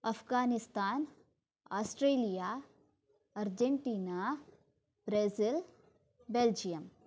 Afghanistan Australia Argentina Brazil Belgium